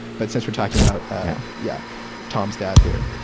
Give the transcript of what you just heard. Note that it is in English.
but since we're talking about yeah tom's dad here.